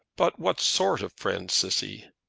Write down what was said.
but what sort of friend, cissy?